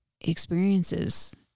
experiences